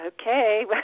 okay